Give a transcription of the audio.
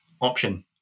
option